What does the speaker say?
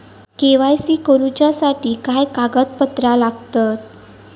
KYC करूच्यासाठी काय कागदपत्रा लागतत?